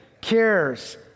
cares